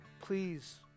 please